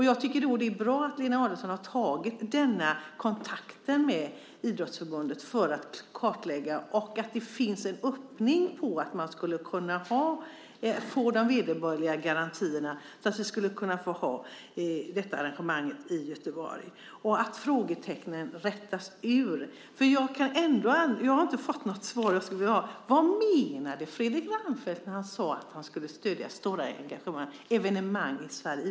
Jag tycker att det är bra att Lena Adelsohn Liljeroth har tagit denna kontakt med Riksidrottsförbundet för en kartläggning, att det finns en öppning för de vederbörliga garantierna för att vi ska kunna få ha detta arrangemang i Göteborg och att frågetecknen rätas ut. Jag har inte fått något svar på vad Fredrik Reinfeldt menade när han sade att han skulle stödja stora idrottsevenemang i Sverige.